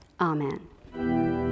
Amen